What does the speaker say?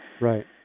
Right